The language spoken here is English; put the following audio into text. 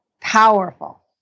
powerful